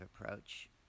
approach